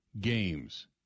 games